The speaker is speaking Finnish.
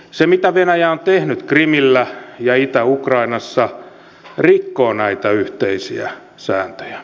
se mitä venäjä on tehnyt krimillä ja itä ukrainassa rikkoo näitä yhteisiä sääntöjä